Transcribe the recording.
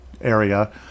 area